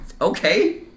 Okay